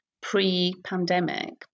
pre-pandemic